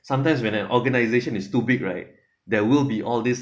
sometimes when an organization is too big right there will be all this